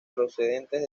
procedentes